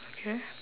okay